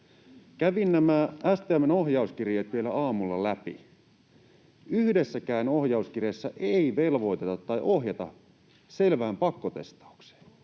Kävin nämä STM:n ohjauskirjeet vielä aamulla läpi. Yhdessäkään ohjauskirjeessä ei velvoiteta tai ohjata selvään pakkotestaukseen.